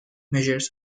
measures